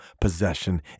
possession